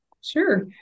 Sure